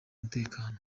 umutekano